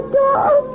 dog